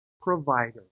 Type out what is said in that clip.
Provider